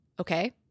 Okay